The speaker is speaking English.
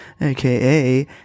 aka